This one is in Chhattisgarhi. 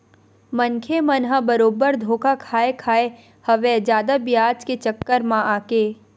मनखे मन ह बरोबर धोखा खाय खाय हवय जादा बियाज के चक्कर म आके